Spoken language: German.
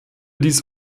dies